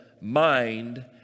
mind